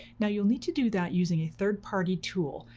now you'll need to do that using a third party tool,